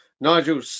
Nigel